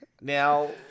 Now